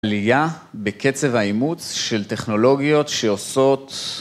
עלייה בקצב האימוץ ‫של טכנולוגיות שעושות...